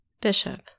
Bishop